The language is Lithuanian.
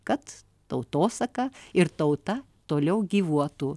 kad tautosaka ir tauta toliau gyvuotų